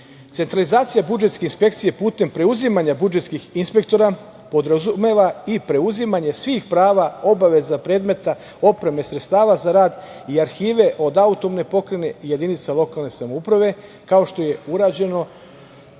namenski. Centralizacija budžetske inspekcije putem preuzimanja budžetskih inspektora podrazumeva i preuzimanje svih prava, obaveza, predmeta, opreme, sredstava za rad i arhive od autonomne pokrajine i jedinica lokalne samouprave, kao što je urađeno ovim